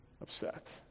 upset